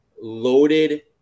Loaded